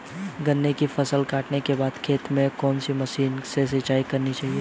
गन्ने की फसल काटने के बाद खेत को कौन सी मशीन से सींचना चाहिये?